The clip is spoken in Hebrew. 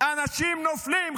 אנשים נופלים.